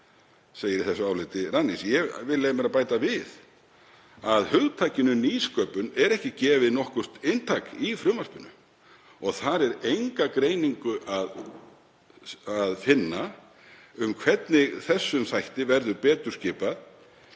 við nýsköpun.“ Ég vil leyfa mér að bæta við að hugtakinu nýsköpun er ekki gefið nokkurt inntak í frumvarpinu. Þar er enga greiningu að finna um hvernig þessum þætti verður betur skipað